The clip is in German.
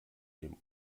dem